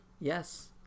Yes